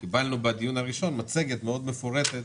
קיבלנו בדיון הראשון מצגת מאוד מפורטת